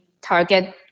target